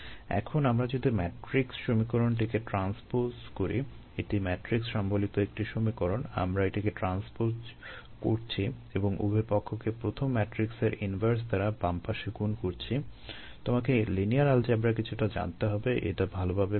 এখন আমরা যদি এই ম্যাট্রিক্স সমীকরণটিকে ট্রান্সপোজ কিছুটা জানতে হবে এটা ভালভাবে বুঝতে